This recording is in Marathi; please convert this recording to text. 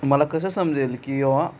मला कसं समजेल की हा